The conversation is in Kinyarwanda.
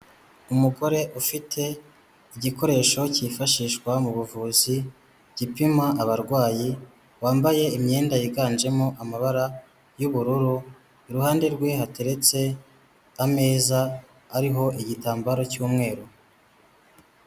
Umugore ufite igikoresho cyifashishwa mu buvuzi gipima abarwayi, wambaye imyenda yiganjemo amabara y'ubururu, iruhande rwe hateretse ameza ariho igitambaro cy'umweru.